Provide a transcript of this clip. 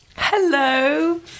Hello